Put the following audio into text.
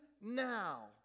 now